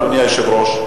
אדוני היושב-ראש,